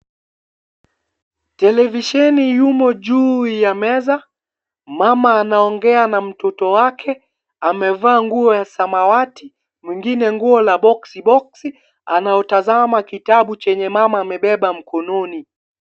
Televisheni yumo juu ya meza, mama anaongea na mtoto wake, amevaa nguo ya samawati, mwingine nguo la boksi boksi, anatazama kitabu chenye mama amebeba mkononi.